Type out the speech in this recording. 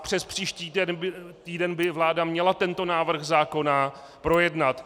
Přespříští týden by vláda měla tento návrh zákona projednat.